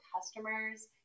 customers